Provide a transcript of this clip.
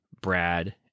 Brad